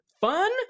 fun